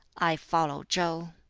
i follow chow!